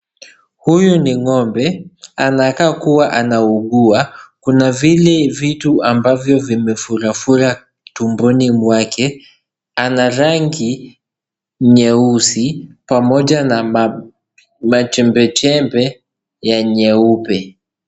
Huyu ni ng'ombe. Anakaa kuwa anaugua. Kuna vile vitu ambavyo vimefurafura tumboni mwake. Ana rangi nyeusi pamoja na machembechembe ya nyeupe.